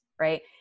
right